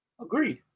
Agreed